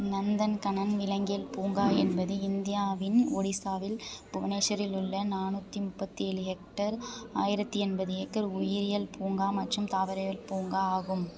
நந்தன்கனன் விலங்கியல் பூங்கா என்பது இந்தியாவின் ஒடிசாவில் புவனேஸ்வரில் உள்ள நானுாற்றி முப்பத்து ஏழு ஹெக்டர் ஆயிரத்து எண்பது ஏக்கர் உயிரியல் பூங்கா மற்றும் தாவரவியல் பூங்கா ஆகும்